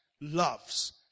loves